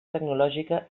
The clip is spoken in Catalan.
tecnològica